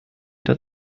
der